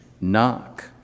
knock